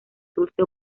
dulce